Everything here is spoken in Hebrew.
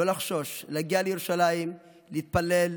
לא לחשוש, להגיע לירושלים, להתפלל,